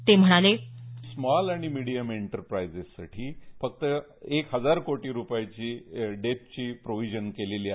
ते म्हणाले small and medium enterprises साठी फक्त एक हजार कोटी रुपयांची डेपची प्रोविजन केलेली आहे